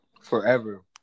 forever